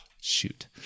shoot